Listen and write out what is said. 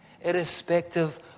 Irrespective